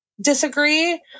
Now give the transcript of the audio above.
disagree